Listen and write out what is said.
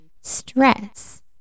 stress